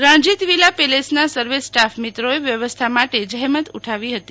Ranjit villa પેલેસના સર્વ staff મિત્રો એ વ્યવસ્થા માટે જહેમત ઉઠાવી હતી